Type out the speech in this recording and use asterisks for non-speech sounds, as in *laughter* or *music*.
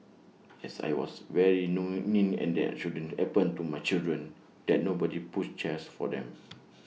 as I was very know *unintelligible* and that shouldn't happen to my children that nobody pushed chairs for them